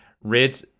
red